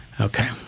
Okay